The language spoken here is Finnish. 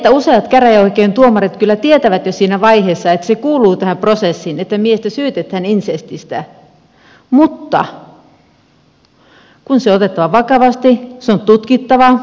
useat käräjäoikeuden tuomarit kyllä tietävät jo siinä vaiheessa että se kuuluu tähän prosessiin että miestä syytetään insestistä mutta kun se on otettava vakavasti se on tutkittava selvitettävä